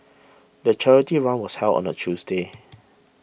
the charity run was held on a Tuesday